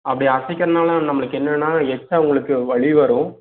அப்படி அசைக்கிறனால் நம்மளுக்கு என்னென்னா எக்ஸ்ட்டா உங்களுக்கு வலி வரும்